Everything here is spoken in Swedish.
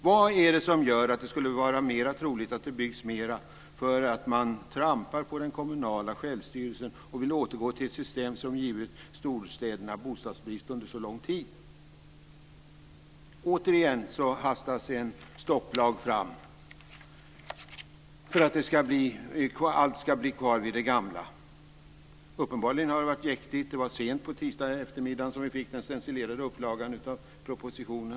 Vad är det som gör att det skulle vara mer troligt att det byggs mer för att man trampar på den kommunala självstyrelsen och vill återgå till ett system som givit storstäderna bostadsbrist under så lång tid? Återigen hastas en stopplag fram för att allt ska bli kvar vid det gamla. Uppenbarligen har det varit jäktigt - det var sent på tisdagseftermiddagen som vi fick den stencilerade upplagan av propositionen.